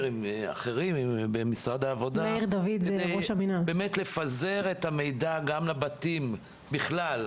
ואחרים במשרד העבודה כדי לפזר את המידע גם לבתים בכלל,